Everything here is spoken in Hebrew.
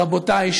רבותי,